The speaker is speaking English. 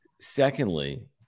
Secondly